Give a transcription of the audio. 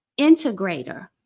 integrator